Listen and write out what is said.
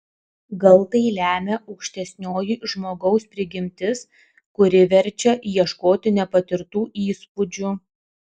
gal tai lemia aukštesnioji žmogaus prigimtis kuri verčia ieškoti nepatirtų įspūdžių